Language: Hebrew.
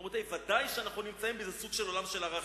רבותי, ודאי שאנו נמצאים בסוג של עולם ערכים,